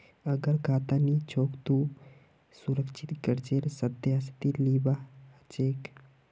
अगर खाता नी छोक त सुरक्षित कर्जेर सदस्यता लिबा हछेक